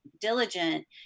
diligent